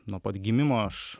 nuo pat gimimo aš